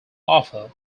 offer